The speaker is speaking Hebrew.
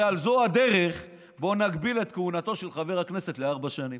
הרי על זו הדרך בוא נגביל את כהונתו של חבר הכנסת לארבע שנים,